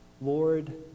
Lord